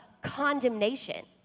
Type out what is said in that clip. condemnation